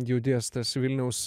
judės tas vilniaus